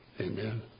Amen